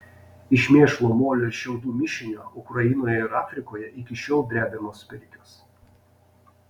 iš mėšlo molio ir šiaudų mišinio ukrainoje ir afrikoje iki šiol drebiamos pirkios